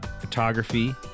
photography